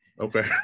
okay